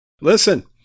Listen